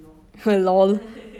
!huh! LOL